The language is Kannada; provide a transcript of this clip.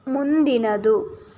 ಮುಂದಿನದು